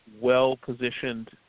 well-positioned